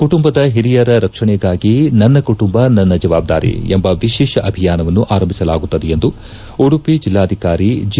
ಕುಟುಂಬದ ಹಿರಿಯರ ರಕ್ಷಣೆಗಾಗಿ ನನ್ನ ಕುಟುಂಬ ನನ್ನ ಜವಾಬ್ದಾರಿ ಎಂಬ ವಿಶೇಷ ಅಭಿಯಾನವನ್ನು ಆರಂಭಿಸಲಾಗುತ್ತದೆ ಎಂದು ಉಡುಪಿ ಜಿಲ್ಲಾಧಿಕಾರಿ ಜಿ